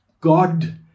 God